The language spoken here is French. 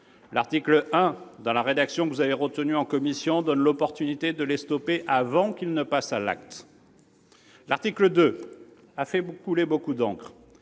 L'article 1, dans la rédaction que vous avez retenue en commission, permet d'intercepter de telles personnes avant qu'elles ne passent à l'acte. L'article 2 a fait couler beaucoup d'encre.